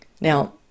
Now